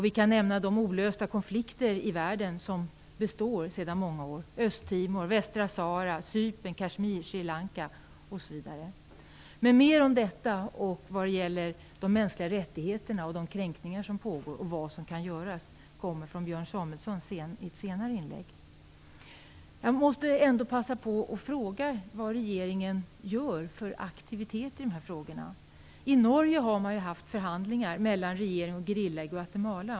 Vi kan nämna de olösta konflikter i världen som består sedan många år - Östtimor, Västra Sahara, Cypern, Kashmir, Sri Lanka osv. Mer om detta och om kränkningar av de mänskliga rättigheterna och vad som kan göras kommer senare i Björn Jag måste passa på att fråga vad regeringen gör aktivt i dessa frågor. I Norge har man haft förhandlingar med regeringen och gerillan i Guatemala.